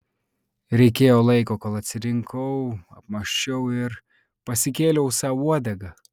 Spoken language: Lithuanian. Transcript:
reikėjo laiko kol atsirinkau apmąsčiau ir pasikėliau sau uodegą